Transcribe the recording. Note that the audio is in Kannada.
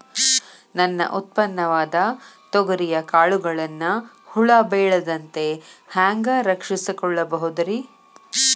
ನನ್ನ ಉತ್ಪನ್ನವಾದ ತೊಗರಿಯ ಕಾಳುಗಳನ್ನ ಹುಳ ಬೇಳದಂತೆ ಹ್ಯಾಂಗ ರಕ್ಷಿಸಿಕೊಳ್ಳಬಹುದರೇ?